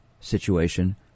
situation